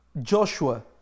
Joshua